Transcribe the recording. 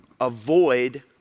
Avoid